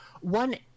One